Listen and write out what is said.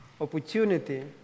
opportunity